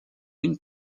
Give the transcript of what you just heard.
une